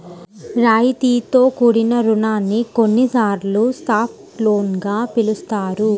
రాయితీతో కూడిన రుణాన్ని కొన్నిసార్లు సాఫ్ట్ లోన్ గా పిలుస్తారు